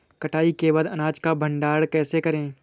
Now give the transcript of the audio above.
कटाई के बाद अनाज का भंडारण कैसे करें?